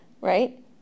right